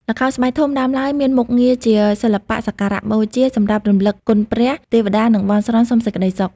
ល្ខោនស្បែកធំដើមឡើយមានមុខងារជាសិល្បៈសក្ការៈបូជា សម្រាប់រំលឹកគុណព្រះ ទេវតា និងបន់ស្រន់សុំសេចក្ដីសុខ ។